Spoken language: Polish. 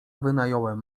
wynająłem